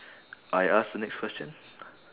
I ask the next question